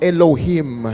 Elohim